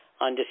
On